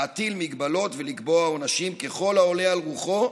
להטיל מגבלות ולקבוע עונשים ככל העולה על רוחו,